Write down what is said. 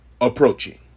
approaching